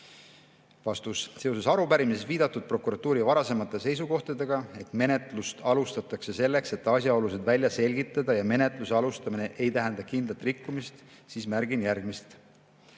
Seoses arupärimises viidatud prokuratuuri varasemate seisukohtadega, et menetlust alustatakse selleks, et asjaolusid välja selgitada, ja menetluse alustamine ei tähenda kindlat rikkumist, märgin järgmist.